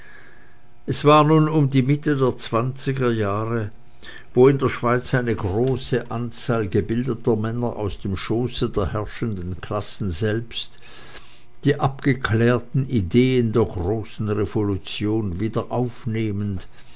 es war nun um die mitte der zwanziger jahre wo in der schweiz eine große anzahl gebildeter männer aus dem schoße der herrschenden klassen selbst die abgeklärten ideen der großen revolution